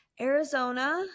Arizona